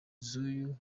z’uyu